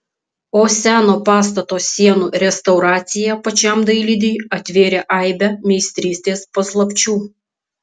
o seno pastato sienų restauracija pačiam dailidei atvėrė aibę meistrystės paslapčių